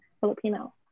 Filipino